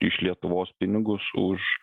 iš lietuvos pinigus už